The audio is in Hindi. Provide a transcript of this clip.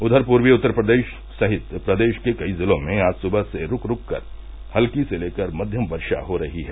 उधर पूर्वी उत्तर प्रदेश सहित प्रदेश के कई जिलों में आज सुबह से रूक रूक कर हल्की से लेकर मध्यम हो रही है